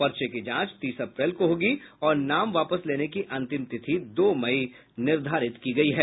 पर्चे की जांच तीस अप्रैल को होगी और नाम वापस लेने की अंतिम तिथि दो मई निर्धारित की गई है